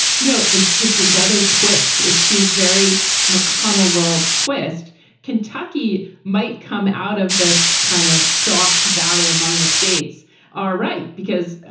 you know, it's just another twist. it seems very much. kind of world twist kentucky might come out of this kind of soft battle among the states are right because,